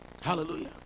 Hallelujah